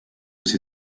aux